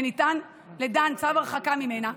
וניתן לדן צו הרחקה ממנה.